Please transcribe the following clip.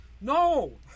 no